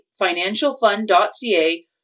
financialfund.ca